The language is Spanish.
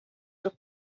del